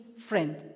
friend